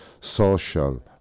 social